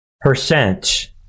percent